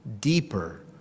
deeper